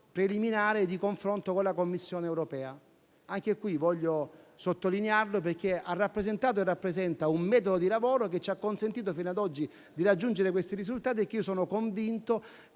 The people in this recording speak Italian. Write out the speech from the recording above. preliminare di confronto con la Commissione europea. Voglio sottolinearlo anche in questa sede, perché ha rappresentato e rappresenta un metodo di lavoro che ci ha consentito fino ad oggi di raggiungere questi risultati e sono convinto